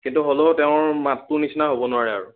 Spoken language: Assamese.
কিন্তু হ'লেও তেওঁৰ মাতটোৰ নিচিনা হ'ব নোৱাৰে আৰু